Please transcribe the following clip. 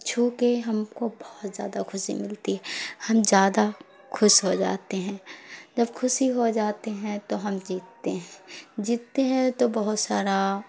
چھو کے ہم کو بہت زیادہ خوشی ملتی ہے ہم زیادہ خوش ہو جاتے ہیں جب خوشی ہو جاتے ہیں تو ہم جیتتے ہیں جیتتے ہیں تو بہت سارا